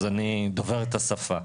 אז אני דובר את השפה.